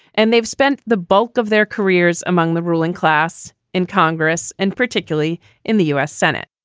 and they've spent the bulk of their careers among the ruling class in congress and particularly in the u s. senate.